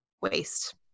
waste